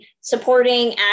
supporting